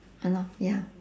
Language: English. !hannor! ya